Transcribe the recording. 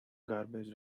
garbage